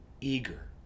Eager